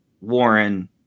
Warren